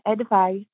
advice